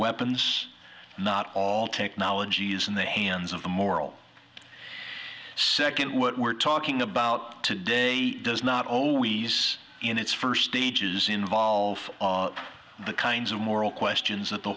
weapons not all technologies in the hands of a moral second what we're talking about today does not always in its first stages involve the kinds of moral questions that the